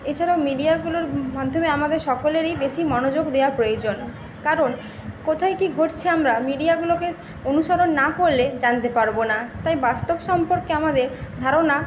এছাড়াও মিডিয়াগুলোর মাধ্যমে আমাদের সকলেরই বেশি মনোযোগ দেওয়া প্রয়োজন কারণ কোথায় কী ঘটছে আমরা মিডিয়াগুলোকে অনুসরণ না করলে জানতে পারব না তাই বাস্তব সম্পর্কে আমাদের ধারণা